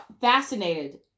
fascinated